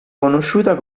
conosciuta